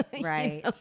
Right